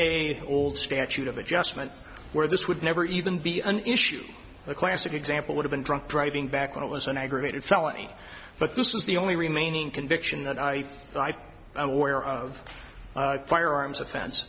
hold statute of adjustment where this would never even be an issue the classic example would have been drunk driving back when it was an aggravated felony but this was the only remaining conviction that i aware of firearms offense